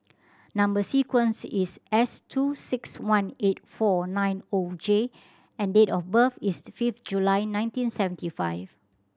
number sequence is S two six one eight four nine O J and date of birth is fifth July nineteen seventy five